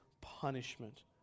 punishment